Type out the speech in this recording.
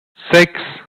sechs